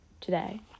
today